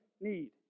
need